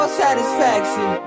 satisfaction